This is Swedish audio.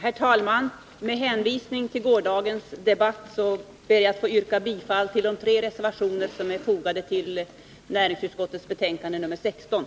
Fru talman! Med hänvisning till förra veckans debatt yrkar jag bifall till de reservationer som avgivits till utbildningsutskottets betänkande nr 12.